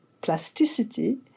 plasticity